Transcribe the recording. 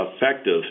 effective